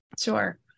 Sure